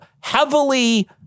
heavily